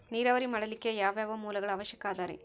ನೇರಾವರಿ ಮಾಡಲಿಕ್ಕೆ ಯಾವ್ಯಾವ ಮೂಲಗಳ ಅವಶ್ಯಕ ಅದರಿ?